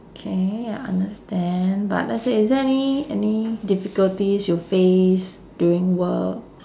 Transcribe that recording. okay I understand but let's say is there any any difficulties you face during work